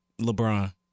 LeBron